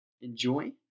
enjoy